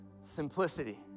Simplicity